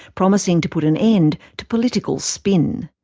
promising to put an end to political spin.